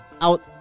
out